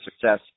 success